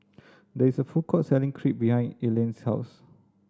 there is a food court selling Crepe behind Elayne's house